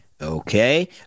Okay